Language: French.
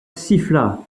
siffla